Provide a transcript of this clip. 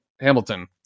Hamilton